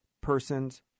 person's